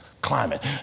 climate